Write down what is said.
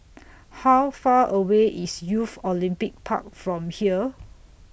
How Far away IS Youth Olympic Park from here